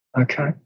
okay